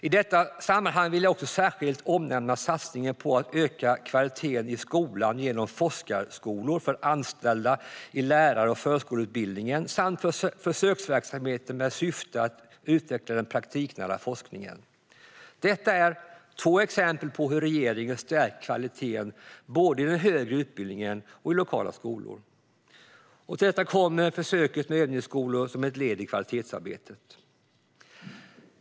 I detta sammanhang vill jag också särskilt omnämna satsningen på att öka kvaliteten i skolan genom forskarskolor för anställda i lärar och förskollärarutbildningen samt en försöksverksamhet med syfte att utveckla den praktiknära forskningen. Detta är två exempel på hur regeringen stärker kvaliteten både i den högre utbildningen och i lokala skolor. Till detta kommer försöket med övningsskolor som är ett led i kvalitetsarbetet.